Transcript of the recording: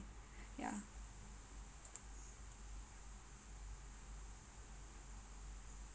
ya